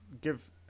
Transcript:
give